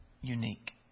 unique